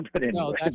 No